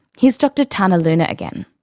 here's dr tane ah luna again.